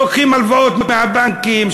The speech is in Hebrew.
לוקחים הלוואות מהבנקים,